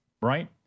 right